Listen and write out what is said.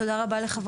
תודה רבה לכל הועדה,